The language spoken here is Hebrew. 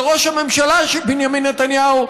של ראש הממשלה בנימין נתניהו,